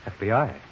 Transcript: FBI